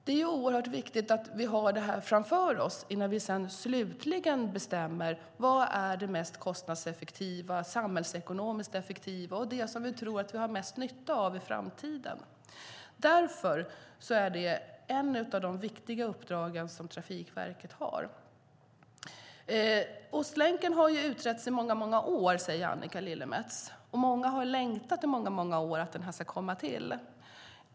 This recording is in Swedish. Det är oerhört viktigt att vi har det här framför oss innan vi slutligen bestämmer vad som är det mest kostnadseffektiva, det mest samhällsekonomiskt effektiva och det som vi tror att vi har mest nytta av i framtiden. Därför är det ett av de viktiga uppdrag som Trafikverket har. Ostlänken har utretts i många år, säger Annika Lillemets, och många har längtat i många år efter att den ska komma till.